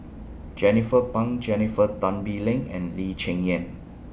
Jernnine Pang Jennifer Tan Bee Leng and Lee Cheng Yan